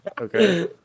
Okay